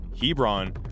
Hebron